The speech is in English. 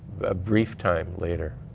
ah brief time later.